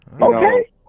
Okay